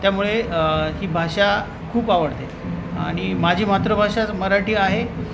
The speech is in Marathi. त्यामुळे ही भाषा खूप आवडते आणि माझी मातृभाषा मराठी आहे